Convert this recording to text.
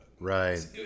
Right